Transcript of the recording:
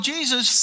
Jesus